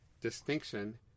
distinction